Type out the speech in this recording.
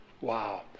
Wow